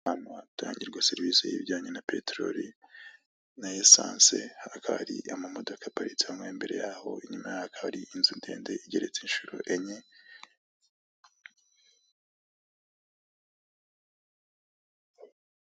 Ahantu hatangirwa serivisi y'ibijyanye na peteroli na esanse hakaba hari amodoka aparitse ahongaho imbere yaho inyuma yaho hakaba hari inzu ndende igeretse inshuro enye.